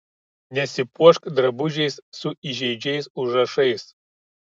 nesipuošk drabužiais su įžeidžiais užrašais